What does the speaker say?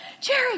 Jerry